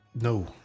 No